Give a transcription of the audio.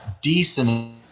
decent